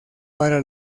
para